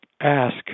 ask